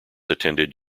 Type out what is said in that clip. attended